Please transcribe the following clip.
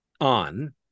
on